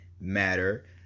Matter